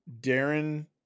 Darren